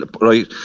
right